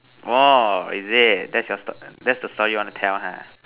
!whoa! is it that's your stor~ that's the story you want to tell ha